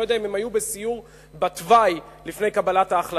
אני לא יודע אם הם היו בסיור בתוואי לפני קבלת ההחלטה.